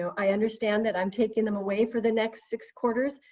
so i understand that i'm taking them away for the next six quarters,